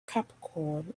capricorn